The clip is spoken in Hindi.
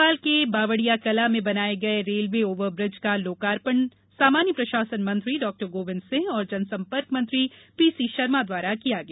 भोपाल के बावड़ियाकला में बनाये गये रेलवे ओवर ब्रिज का लोकार्पण समान्य प्रशासन मंत्री डॉ गोविंद सिंह और जनसंपर्क मंत्री पीसी शर्मा द्वारा किया गया